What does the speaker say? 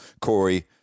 Corey